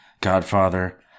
Godfather